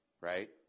right